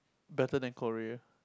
better than Korea